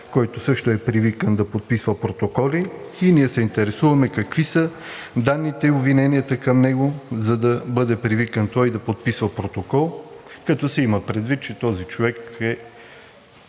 който също е привикан да подписва протоколи. Ние се интересуваме какви са данните и обвиненията към него, за да бъде привикан той и да подписва протокол, като се има предвид, че този човек е